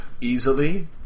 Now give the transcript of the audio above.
easily